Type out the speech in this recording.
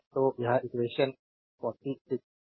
तो यह इक्वेशन ५३ है